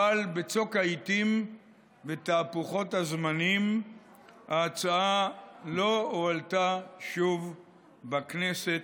אבל בצוק העיתים ותהפוכות הזמנים ההצעה לא הועלתה שוב בכנסת,